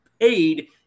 paid